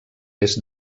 est